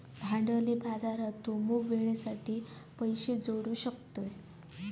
भांडवली बाजारात तू मोप वेळेसाठी पैशे जोडू शकतं